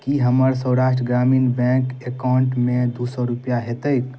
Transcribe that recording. की हमर Saurashtra Gramin bank account मे दू सए रूपैआ हेतैक